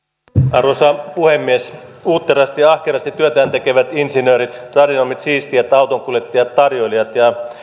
arvoisa puhemies uutterasti ja ahkerasti työtään tekevät insinöörit tradenomit siistijät autonkuljettajat tarjoilijat